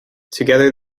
together